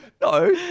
No